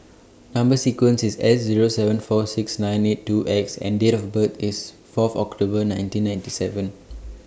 Number sequence IS S Zero seven four six nine eight two X and Date of birth IS Fourth October nineteen ninety seven